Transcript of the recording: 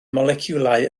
moleciwlau